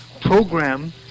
program